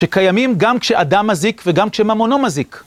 שקיימים גם כשאדם מזיק וגם כשממונו מזיק.